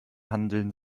handeln